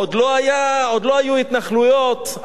עוד לא היו התנחלויות.